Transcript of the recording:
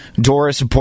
Doris